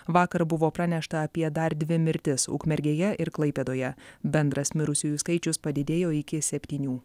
vakar buvo pranešta apie dar dvi mirtis ukmergėje ir klaipėdoje bendras mirusiųjų skaičius padidėjo iki septynių